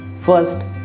First